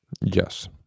Yes